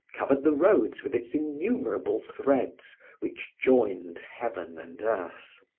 covered the roads with its innumerable threads which joined heaven and earth.